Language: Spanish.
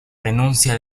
renuncia